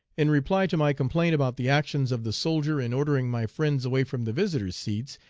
in reply to my complaint about the actions of the soldier in ordering my friends away from the visitors' seats,